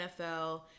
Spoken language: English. NFL